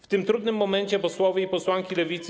W tym trudnym momencie posłowie i posłanki Lewicy.